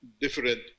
different